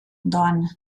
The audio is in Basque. doan